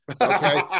Okay